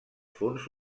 fons